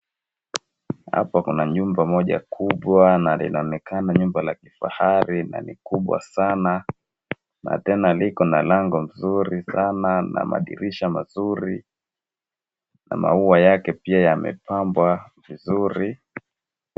Hapa kuna nyumba moja kubwa na linaonekana jumba la kifahari na ni kubwa sana na tena liko na lango zuri sana na madirisha mazuri, na maua yake pia yamepambwa vizuri.